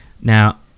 Now